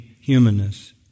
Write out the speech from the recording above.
humanness